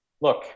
look